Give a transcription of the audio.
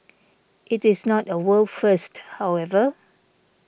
it is not a world first however